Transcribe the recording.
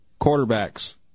quarterbacks